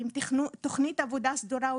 עם תוכנית עבודה סדורה,